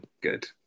Good